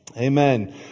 Amen